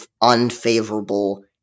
unfavorable